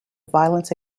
violence